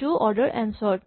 সেইটোও order n sort